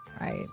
Right